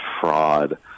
fraud